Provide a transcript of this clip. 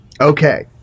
okay